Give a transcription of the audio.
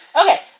Okay